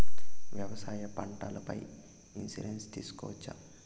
వ్యవసాయ పంటల పై ఇన్సూరెన్సు తీసుకోవచ్చా?